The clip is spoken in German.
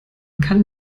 kann